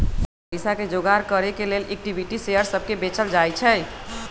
पईसा के जोगार करे के लेल इक्विटी शेयर सभके को बेचल जाइ छइ